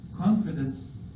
confidence